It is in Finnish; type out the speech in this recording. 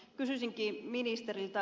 kysyisinkin ministeriltä